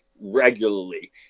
regularly